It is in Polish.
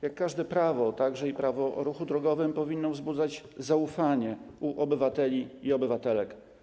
Jak każde prawo, także Prawo o ruchu drogowym powinno wzbudzać zaufanie obywateli i obywatelek.